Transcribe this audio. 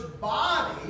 body